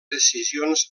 decisions